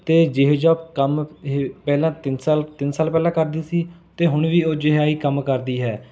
ਅਤੇ ਜਿਹੋ ਜਿਹਾ ਕੰਮ ਇਹ ਪਹਿਲਾਂ ਤਿੰਨ ਸਾਲ ਤਿੰਨ ਸਾਲ ਪਹਿਲਾਂ ਕਰਦੀ ਸੀ ਅਤੇ ਹੁਣ ਵੀ ਉਹੋ ਜਿਹਾ ਹੀ ਕੰਮ ਕਰਦੀ ਹੈ